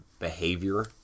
behavior